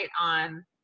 on